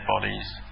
bodies